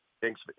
Thanks